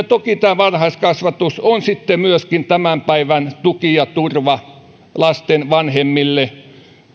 toki tämä varhaiskasvatus on sitten myöskin tämän päivän tuki ja turva lasten vanhemmille